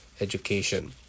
Education